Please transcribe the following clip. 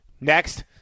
Next